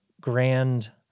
grand